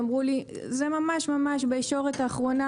אמרו לי: זה ממש ממש בישורת האחרונה,